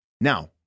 Now